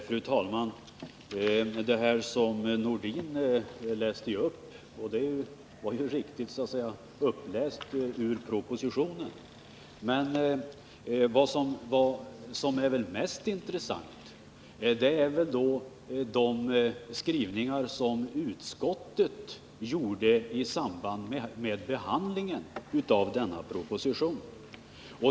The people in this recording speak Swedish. Fru talman! Det som Sven-Erik Nordin läste upp ur propositionen var riktigt uppläst. Men mest intressant är väl ändå statsutskottets skrivningar i samband med behandlingen av denna proposition.